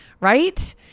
right